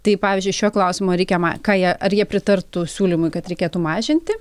tai pavyzdžiui šiuo klausimu ar reikia ma ką jie ar jie pritartų siūlymui kad reikėtų mažinti